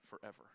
forever